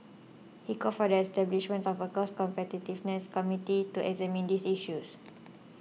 he called for the establishment of a cost competitiveness committee to examine these issues